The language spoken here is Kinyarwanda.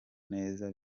neza